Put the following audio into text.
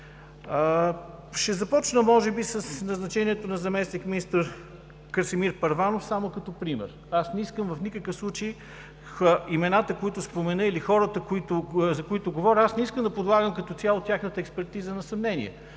Ще започна може би с назначението на заместник-министър Красимир Първанов само като пример. В никакъв случай не искам – имената, които спомена, или хората, за които говоря – да подлагам като цяло тяхната експертиза на съмнение.